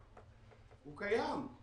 קיים.